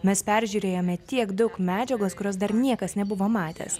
mes peržiūrėjome tiek daug medžiagos kurios dar niekas nebuvo matęs